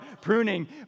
pruning